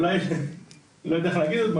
אני לא יודע איך להגיד את זה,